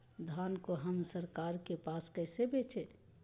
धान को हम सरकार के पास कैसे बेंचे?